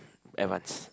advanced